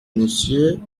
monsieur